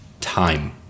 time